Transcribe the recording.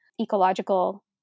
ecological